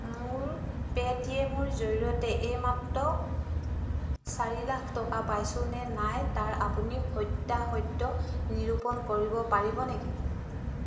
মোৰ পে'টিএম ৰ জৰিয়তে এইমাত্ৰ চাৰি লাখ টকা পাইছো নে নাই তাৰ আপুনি সত্যাসত্য নিৰূপণ কৰিব পাৰিব নেকি